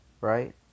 right